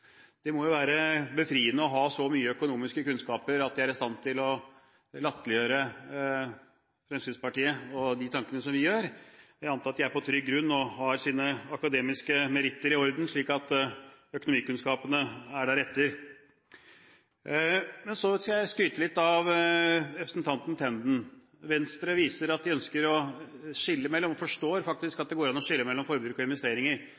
Det må jo være befriende å ha så mye økonomisk kunnskap at de er i stand til å latterliggjøre Fremskrittspartiet og de tankene som vi gjør oss. Jeg antar at de er på trygg grunn og har sine akademiske meritter i orden, slik at økonomikunnskapene er deretter. Så skal jeg skryte litt av representanten Tenden: Venstre viser at de faktisk forstår at det går an å skille mellom forbruk og investeringer. Det er veldig bra, og